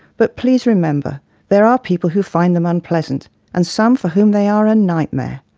but please remember there are people who find them unpleasant and some for whom they are a nightmare.